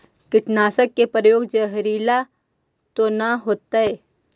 कीटनाशक के प्रयोग, जहरीला तो न होतैय?